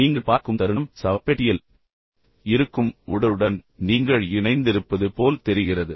நீங்கள் பார்க்கும் தருணம் நீங்கள் போல் தெரிகிறதுநீங்கள் பார்க்கும் கணம் சவப்பெட்டியில் இருக்கும் உடலுடன் நீங்கள் இணைந்திருப்பது போல் தெரிகிறது